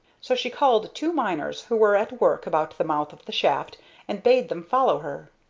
so she called two miners who were at work about the mouth of the shaft and bade them follow her.